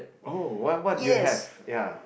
oh what what do you have ya